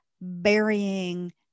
burying